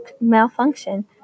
malfunction